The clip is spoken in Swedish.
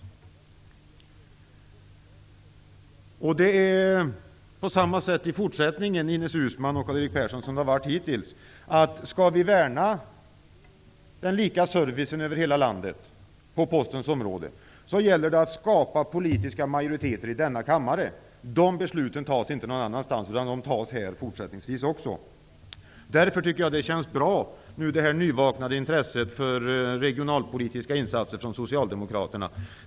Det kommer att vara på samma sätt i fortsättningen som det har varit hittills, Ines Uusmann och Karl Erik Persson. Om vi skall värna principen om lika service över hela landet på Postens område gäller det att skapa politiska majoriteter i denna kammare. De besluten fattas inte någon annanstans, utan de fattas här också fortsättningsvis. Jag tycker att Socialdemokraternas nyvaknade intresse för regionalpolitiska insatser känns bra.